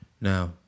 Now